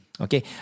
okay